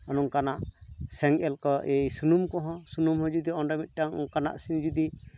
ᱚᱱ ᱚᱱᱠᱟᱱᱟᱜ ᱥᱮᱸᱜᱮᱞ ᱠᱚ ᱥᱩᱱᱩᱢ ᱠᱚᱦᱚᱸ ᱥᱩᱱᱩᱢ ᱦᱚᱸ ᱡᱚᱫᱚ ᱚᱸᱰᱮ ᱢᱤᱫᱴᱟᱱ ᱚᱱᱠᱟᱱᱟᱜ ᱥᱤᱢ ᱡᱩᱫᱤ